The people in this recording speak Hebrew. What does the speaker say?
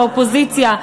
באופוזיציה,